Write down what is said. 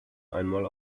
einmal